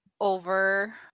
over